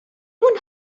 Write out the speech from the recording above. اون